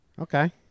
Okay